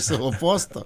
savo posto